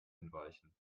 entweichen